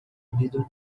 vidro